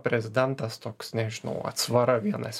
prezidentas toks nežinau atsvara vienas